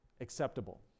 acceptable